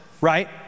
right